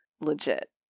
legit